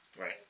Right